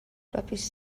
propis